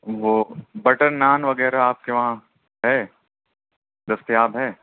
وہ بٹر نان وغیرہ آپ کے وہاں ہے دستیاب ہے